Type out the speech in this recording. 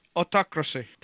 autocracy